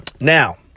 Now